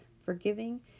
forgiving